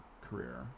career